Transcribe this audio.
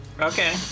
Okay